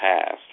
past